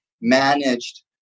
managed